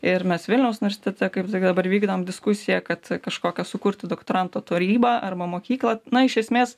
ir mes vilniaus universitete kaip sakiau dabar vykdom diskusiją kad kažkokią sukurtų doktoranto tarybą arba mokyklą na iš esmės